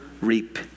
reap